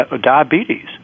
diabetes